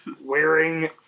wearing